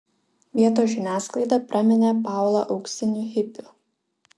vietos žiniasklaida praminė paulą auksiniu hipiu